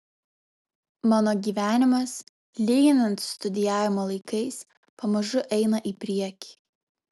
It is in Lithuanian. mano gyvenimas lyginant su studijavimo laikais pamažu eina į priekį